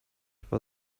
for